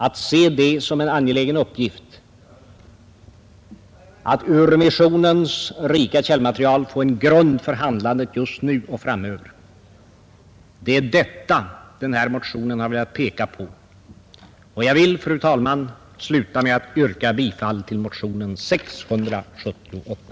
Att se det som en angelägen uppgift att ur missionens rika källmaterial få en grund för handlandet just nu och framöver, det är detta den här motionen har velat peka på. Jag vill, fru talman, sluta med att yrka bifall till motionen 678.